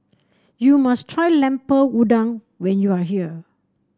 you must try Lemper Udang when you are here